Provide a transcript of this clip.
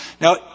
Now